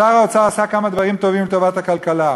שר האוצר עשה כמה דברים טובים לטובת הכלכלה,